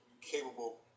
capable